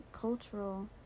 cultural